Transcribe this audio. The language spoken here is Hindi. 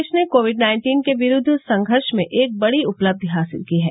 देश ने कोविड नाइन्टीन के विरूद्व संघर्ष में एक बड़ी उपलब्धि हासिल की है